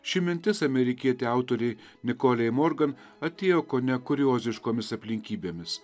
ši mintis amerikietei autorei nikolei morgan atėjo kone kurioziškomis aplinkybėmis